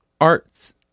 arts